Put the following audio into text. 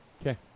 Okay